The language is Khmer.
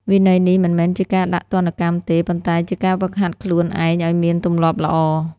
វិន័យនេះមិនមែនជាការដាក់ទណ្ឌកម្មទេ ប៉ុន្តែជាការហ្វឹកហាត់ខ្លួនឯងឲ្យមានទម្លាប់ល្អ។